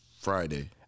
Friday